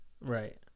Right